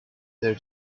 their